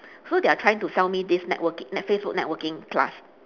so they are trying to sell me this networking net~ facebook networking class